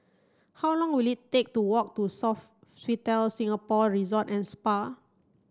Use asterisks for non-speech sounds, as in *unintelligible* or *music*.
how long will it take to walk to *unintelligible* Singapore Resort and Spa